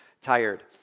tired